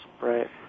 Right